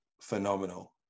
phenomenal